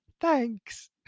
thanks